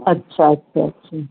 اچھا اچھا اچھا